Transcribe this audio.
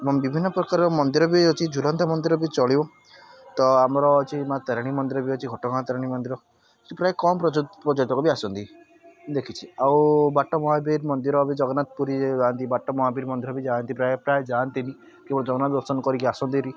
ଏଵଂ ବିଭିନ୍ନ ପ୍ରକାର ମନ୍ଦିର ବି ଅଛି ଜୋରନ୍ଦା ମନ୍ଦିର ବି ଚଳିବ ତ ଆମର ଅଛି ମାଆ ତାରିଣୀ ମନ୍ଦିର ବି ଅଛି ଘଟଗାଁ ତାରିଣୀ ମନ୍ଦିର ସେ ପ୍ରାୟ କମ୍ ପର୍ଯ୍ୟଟକ ବି ଆସନ୍ତି ଦେଖିଛି ଆଉ ବାଟ ମହାବୀର ମନ୍ଦିର ବି ଜଗନ୍ନାଥ ପୁରୀ ଆଦି ବାଟ ମହାବୀର ମନ୍ଦିର ବି ଯାଆନ୍ତି ପ୍ରାୟ ପ୍ରାୟ ଯାଆନ୍ତିନି କେବଳ ଜଗନ୍ନାଥ ଦର୍ଶନ କରିକି ଆସନ୍ତି ହେରି